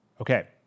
Okay